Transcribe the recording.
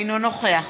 אינו נוכח